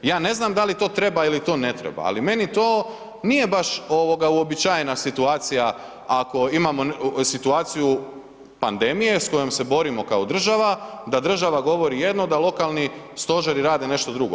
Ja ne znam da li to treba ili to ne treba, ali meni to nije baš ovoga uobičajena situacija ako imamo situaciju pandemije s kojom se borimo kao država, da država govori jedno, da lokalni stožeri rade nešto drugu.